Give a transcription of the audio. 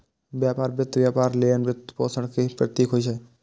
व्यापार वित्त व्यापार लेल वित्तपोषण के प्रतीक होइ छै